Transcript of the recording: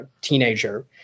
teenager